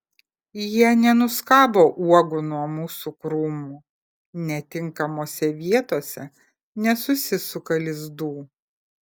jie nenuskabo uogų nuo mūsų krūmų netinkamose vietose nesusisuka lizdų